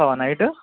వస్తావా నైట్